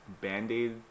Band-Aid